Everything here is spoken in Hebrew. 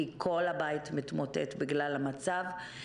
כי כל הבית מתמוטט בגלל המצב,